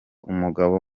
umugabo